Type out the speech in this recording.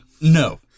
No